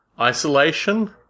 Isolation